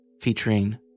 featuring